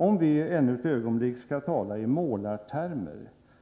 Om vi ännu ett ögonblick skall tala i målartermer